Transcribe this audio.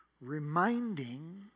reminding